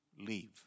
leave